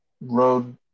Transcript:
road